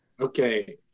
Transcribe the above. Okay